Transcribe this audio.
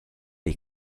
est